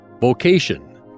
Vocation